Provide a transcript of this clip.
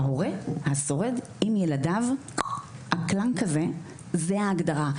ההורה השורד עם ילדיו זה ההגדרה,